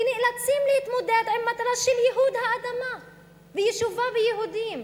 ואנחנו נאלצים להתמודד עם מטרה של ייהוד האדמה ויישובה ביהודים.